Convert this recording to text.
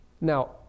Now